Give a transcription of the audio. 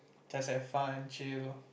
just have fun chill